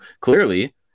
clearly